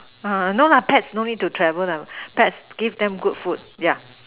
no pets don't need to travel pets give them good food yeah